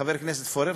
חבר הכנסת פורר,